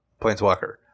Planeswalker